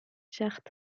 charte